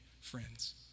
friends